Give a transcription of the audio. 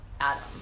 Adam